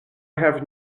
have